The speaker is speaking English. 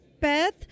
path